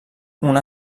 una